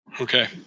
Okay